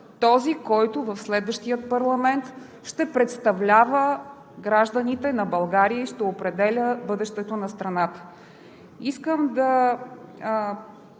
този, който в следващия парламент ще представлява гражданите на България и ще определя бъдещето на страната. Искам да